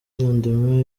lendemain